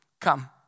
come